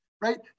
Right